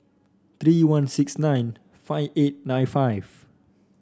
three one six nine five eight nine five